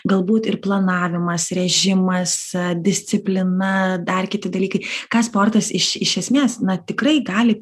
galbūt ir planavimas režimas disciplina dar kiti dalykai ką sportas iš iš esmės na tikrai gali